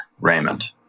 Raymond